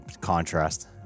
contrast